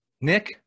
Nick